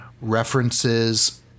references